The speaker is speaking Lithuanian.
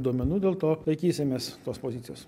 duomenų dėl to laikysimės tos pozicijos